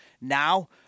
Now